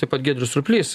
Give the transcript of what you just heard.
taip pat giedrius surplys